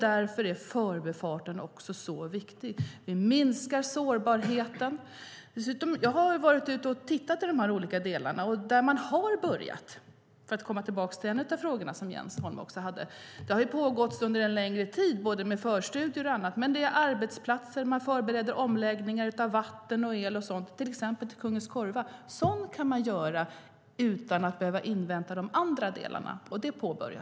Därför är förbifarten så viktig. Den minskar sårbarheten. Jag har tittat på de olika delarna och där arbetet har påbörjats - för att komma tillbaka till en av Jens Holms frågor. Förstudier och annat har pågått under en längre tid. Det sker förberedelser av omläggning av vatten, el och så vidare till exempelvis Kungens kurva. Sådant kan göras utan att invänta de andra delarna.